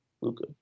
Luca